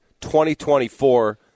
2024